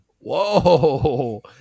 Whoa